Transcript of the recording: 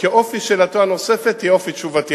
כאופי שאלתו הנוספת יהיה אופי תשובתי.